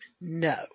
No